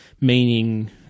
meaning